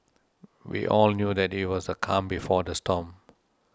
we all knew that it was the calm before the storm